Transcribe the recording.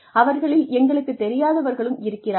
அவர்களில் எங்களுக்குத் தெரியாதவர்களும் இருக்கிறார்கள்